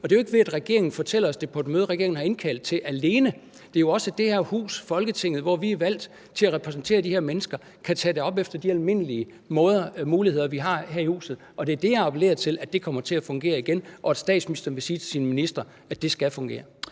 og det er jo ikke ved, at regeringen fortæller os det på et møde, som regeringen har indkaldt til, alene; det er jo også ved, at vi i det her hus, Folketinget, hvor vi er valgt til at repræsentere de her mennesker, kan tage det op efter de almindelige muligheder, vi har her i huset. Og det er det, jeg appellerer til, nemlig at det kommer til at fungere igen, og at statsministeren vil sige til sine ministre, at det skal fungere.